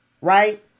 Right